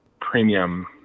premium